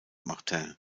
martin